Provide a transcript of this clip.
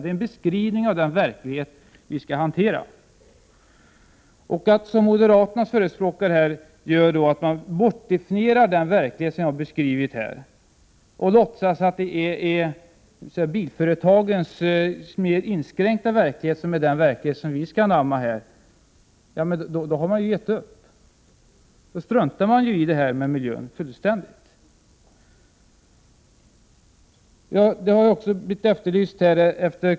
Det är en beskrivning av den verklighet vi skall hantera. Att som moderaternas förespråkare bortdefiniera den verklighet som jag beskrivit och låtsas att det är bilföretagens mer inskränkta verklighet som är den verklighet vi skall anamma, det är att ge upp. Då struntar man fullständigt i miljön.